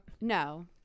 No